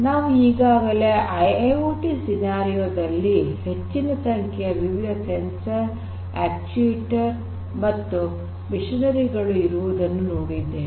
ನಾವು ಈಗಾಗಲೇ IIoT scenario ದಲ್ಲಿ ಹೆಚ್ಚಿನ ಸಂಖ್ಯೆಯ ವಿವಿಧ ಸೆನ್ಸರ್ ಅಕ್ಟುಯೆಟರ್ ಮತ್ತು ಯಂತ್ರೋಪಕರಣಗಳು ಇರುವುದನ್ನು ನೋಡಿದ್ದೇವೆ